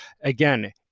Again